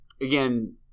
again